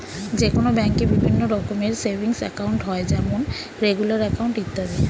যে কোনো ব্যাঙ্কে বিভিন্ন রকমের সেভিংস একাউন্ট হয় যেমন রেগুলার অ্যাকাউন্ট, ইত্যাদি